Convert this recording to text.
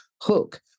hook